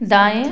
दाएँ